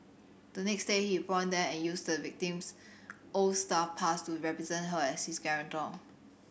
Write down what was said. the next day he pawned them and used the victim's old staff pass to represent her as his guarantor